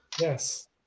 Yes